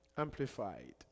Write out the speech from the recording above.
Amplified